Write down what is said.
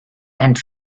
and